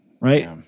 right